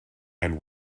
and